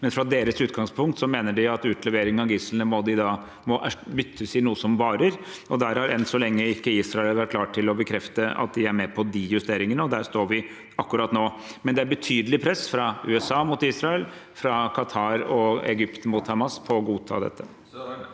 gisler er galt, uansett – må utlevering av gislene byttes i noe som varer. Der har Israel enn så lenge ikke vært klar til å bekrefte at de er med på de justeringene. Der står vi akkurat nå. Men det er betydelig press fra USA mot Israel, og fra Qatar og Egypt mot Hamas, om å godta dette.